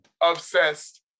obsessed